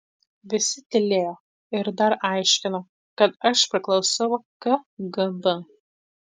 visi tylėjo ir dar aiškino kad aš priklausau kgb